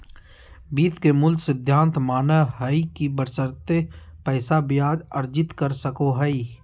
वित्त के मूल सिद्धांत मानय हइ कि बशर्ते पैसा ब्याज अर्जित कर सको हइ